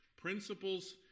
Principles